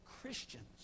Christians